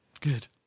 Good